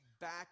back